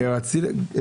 זאת